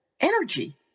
energy